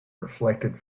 reflected